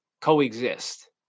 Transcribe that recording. coexist